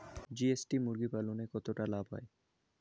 GST মুরগি পালনে কতটা লাভ হয়?